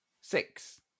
Six